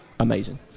amazing